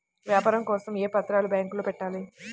వ్యాపారం కోసం ఏ పత్రాలు బ్యాంక్లో పెట్టాలి?